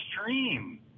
stream